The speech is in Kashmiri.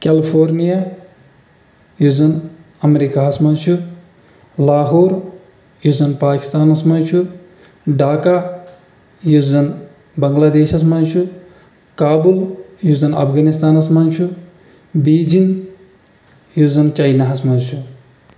کٮ۪لفورنِیا یُس زَن اَمریٖکاہَس منٛز چھُ لاہور یُس زن پاکِستانَس منٛز چھُ ڈاکا یُس زن بنٛگلادیٚشس منٛز چھُ کابُل یُس زَن افغٲنِستانَس منٛز چھُ بیٖجِنٛگ یُس زَن چایناہَس منٛز چھُ